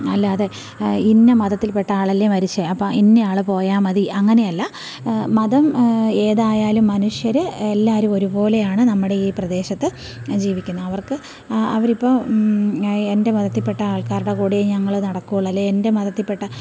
അല്ലാതെ ഇന്ന മതത്തിൽപ്പെട്ട ആളല്ലേ മരിച്ചത് അപ്പം ഇന്നയാള് പോയാൽ മതി അങ്ങനെയല്ല മതം ഏതായാലും മനുഷ്യര് എല്ലാവരും ഒരുപോലെയാണ് നമ്മുടെ ഈ പ്രദേശത്ത് ജീവിക്കുന്നത് അവർക്ക് ആ അവരിപ്പം എൻ്റെ മതത്തിൽപ്പെട്ട ആൾക്കാരുടെ കൂടെയേ ഞങ്ങള് നടക്കുകയുള്ളു അല്ലേൽ എൻ്റെ മതത്തിൽപ്പെട്ട